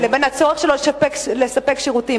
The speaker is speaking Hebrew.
לבין הצורך שלו לספק שירותים.